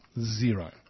Zero